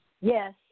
Yes